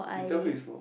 you tell her you somke